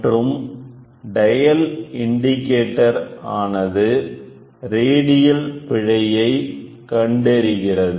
மற்றும் dial indicator ஆனது radial பிழையை கண்டறிகிறது